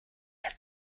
ihr